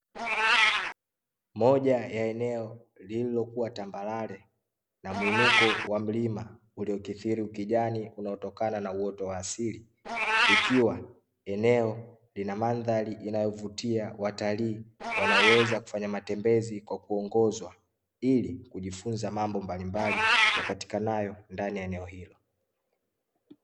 Moja ya eneo lililokuwa tambarare na mwinuko wa mlima uliokithiri ukijani unaotokana na uoto wa asili, ikiwa eneo lina mandhari inayovutia watalii wanaoweza kufanya matembezi kwa kuongozwa, ili kujifunza mambo mbalimbali yapatikanayo ndani ya eneo hilo.